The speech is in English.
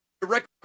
Direct